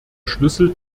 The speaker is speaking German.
schlüssel